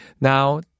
now